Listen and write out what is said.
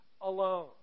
alone